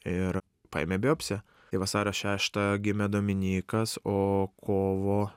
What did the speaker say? ir paėmė biopsiją tai vasario šeštą gimė dominykas o kovo